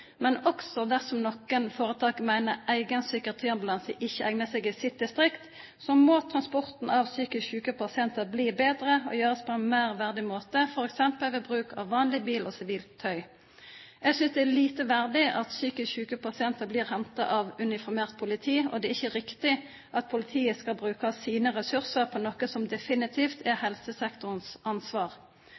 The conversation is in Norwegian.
Men også dersom noen foretak mener egen psykiatriambulanse ikke egner seg i deres distrikt, må transporten av psykisk syke pasienter bli bedre og gjøres på en mer verdig måte, f.eks. ved bruk av vanlig bil og sivilt tøy. Jeg synes det er lite verdig at psykisk syke pasienter blir hentet av uniformert politi, og det er ikke riktig at politiet skal bruke av sine ressurser på noe som definitivt er helsesektorens ansvar.